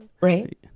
right